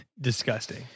disgusting